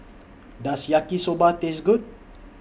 Does Yaki Soba Taste Good